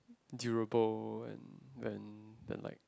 durable and than than like